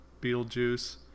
beetlejuice